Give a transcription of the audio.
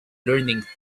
learning